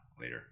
Later